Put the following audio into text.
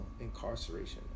incarceration